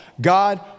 God